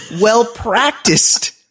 well-practiced